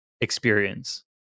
experience